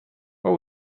what